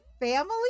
family